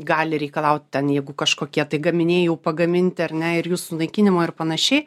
gali reikalauti ten jeigu kažkokie tai gaminiai jau pagaminti ar ne ir jų sunaikinimo ir panašiai